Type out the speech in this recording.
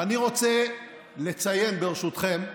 ואני רוצה לציין, ברשותכם,